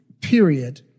Period